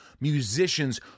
musicians